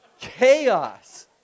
chaos